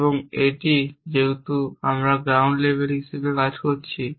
এবং এটি যেহেতু আমরা গ্রাউন্ড লেভেল হিসাবে কাজ করছি